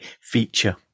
feature